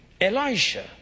Elisha